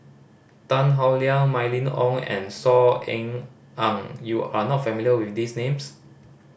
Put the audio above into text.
Tan Howe Liang Mylene Ong and Saw Ean Ang you are not familiar with these names